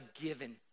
given